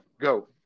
Go